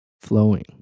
flowing